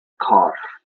corff